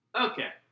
Okay